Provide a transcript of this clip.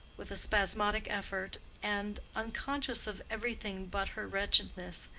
with a spasmodic effort, and, unconscious of every thing but her wretchedness,